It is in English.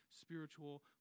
spiritual